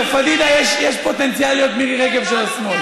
לפדידה יש פוטנציאל להיות מירי רגב של השמאל.